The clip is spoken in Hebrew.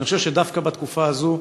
אני חושב שדווקא בתקופה הזאת,